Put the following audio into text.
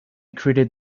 created